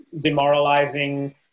demoralizing